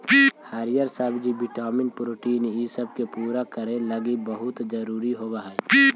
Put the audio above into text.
हरीअर सब्जियन vitamin protein ईसब के पूरा करे लागी बहुत जरूरी होब हई